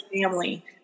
family